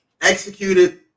Executed